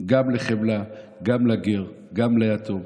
גם לחמלה, גם לגר, גם ליתום,